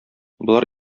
болар